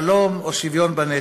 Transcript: שלום או שוויון בנטל.